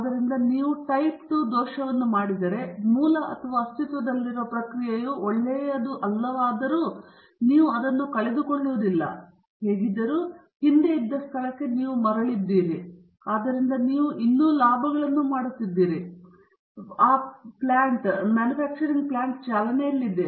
ಆದ್ದರಿಂದ ನೀವು type II ದೋಷವನ್ನು ಮಾಡಿದರೆ ಮೂಲ ಅಥವಾ ಅಸ್ತಿತ್ವದಲ್ಲಿರುವ ಪ್ರಕ್ರಿಯೆಯು ಒಳ್ಳೆಯದಲ್ಲವಾದರೂ ನೀವು ಅದನ್ನು ಕಳೆದುಕೊಳ್ಳುವುದಿಲ್ಲ ಹೇಗಿದ್ದರೂ ಹಿಂದೆ ಇದ್ದ ಸ್ಥಳಕ್ಕೆ ನೀವು ಮರಳಿದ್ದೀರಿ ಆದ್ದರಿಂದ ನೀವು ಇನ್ನೂ ಲಾಭಗಳನ್ನು ಮಾಡುತ್ತಿದ್ದೀರಿ ಮತ್ತು ಸಸ್ಯವು ಚಾಲನೆಯಲ್ಲಿದೆ